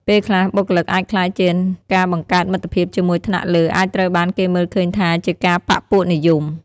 ពេលខ្លះ បុគ្គលិកអាចខ្លាចថាការបង្កើតមិត្តភាពជាមួយថ្នាក់លើអាចត្រូវបានគេមើលឃើញថាជាការបក្សពួកនិយម។